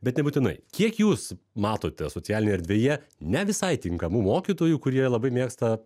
bet nebūtinai kiek jūs matote socialinėje erdvėje ne visai tinkamų mokytojų kurie labai mėgsta